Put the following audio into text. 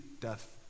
death